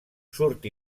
surt